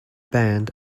band